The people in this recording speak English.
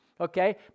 okay